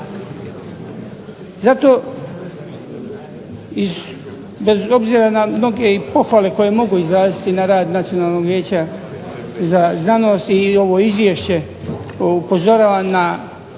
Zato bez obzira na mnoge i pohvale koje mogu izraziti na rad Nacionalnog vijeća za znanost, i ovo izvješće, upozoravam na